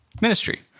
ministry